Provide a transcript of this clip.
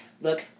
look